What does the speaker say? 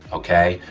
okay,